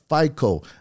FICO